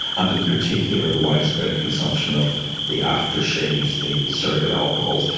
and in particular the widespread consumption of the aftershaves, the surrogate alcohols,